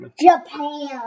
Japan